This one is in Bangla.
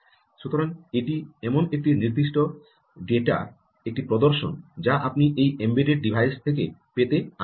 সুতরাং এটি এমন একটি নির্দিষ্ট ডেটার একটি প্রদর্শন যা আপনি এই এমবেডড ডিভাইস থেকে পেতে আগ্রহী